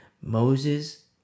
Moses